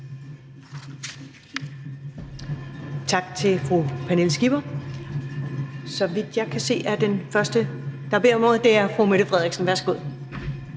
Tak til fru Pernille Skipper. Så vidt jeg kan se, er den første, der beder om ordet, fru Mette Frederiksen. Værsgo.